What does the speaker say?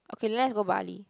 okay lets go Bali